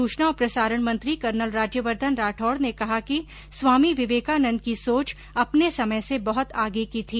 सूचना और प्रसारण मंत्री कर्नल राज्यवर्धन राठौड़ ने कहा कि स्वामी विवेकानंद की सोच अपने समय से बहत आगे की थी